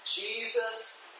Jesus